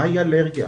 מהי אלרגיה.